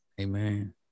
Amen